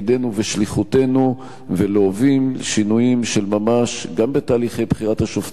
ושליחותנו ולהוביל שינויים של ממש גם בתהליכי בחירת השופטים,